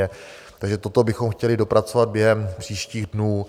Takže toto bychom chtěli dopracovat během příštích dnů.